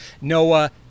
Noah